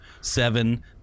seven